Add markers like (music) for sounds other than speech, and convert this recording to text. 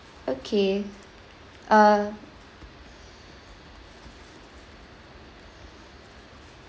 okay uh (breath)